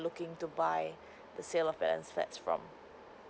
looking to buy the sale of balance flats from